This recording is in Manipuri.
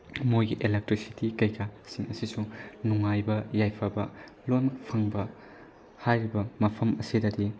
ꯃꯣꯏꯒꯤ ꯏꯂꯦꯛꯇ꯭ꯔꯤꯁꯤꯇꯤ ꯀꯩꯀꯥꯁꯤꯡ ꯑꯁꯤꯁꯨ ꯅꯨꯉꯥꯏꯕ ꯌꯥꯏꯐꯕ ꯂꯣꯏꯃꯛ ꯐꯪꯕ ꯍꯥꯏꯔꯤꯕ ꯃꯐꯝ ꯑꯁꯤꯗꯗꯤ